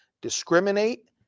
discriminate